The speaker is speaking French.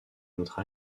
notre